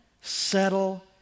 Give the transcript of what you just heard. settle